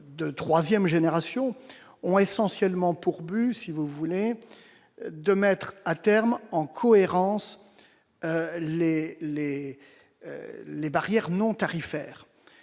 de 3ème génération on a essentiellement pour but si vous voulez de maîtres-à terme en cohérence Les Les les barrières non tarifaires